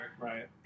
right